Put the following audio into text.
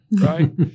right